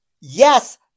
Yes